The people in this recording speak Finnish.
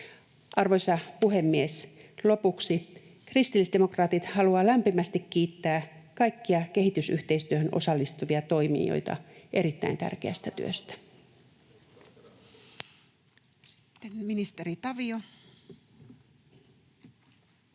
Arvoisa puhemies! Lopuksi kristillisdemokraatit haluavat lämpimästi kiittää kaikkia kehitysyhteistyöhön osallistuvia toimijoita erittäin tärkeästä työstä. [Speech 19]